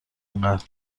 اینقدر